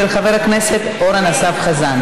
של חבר הכנסת אורן אסף חזן.